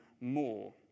more